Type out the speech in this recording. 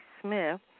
Smith